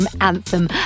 anthem